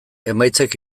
emaitzek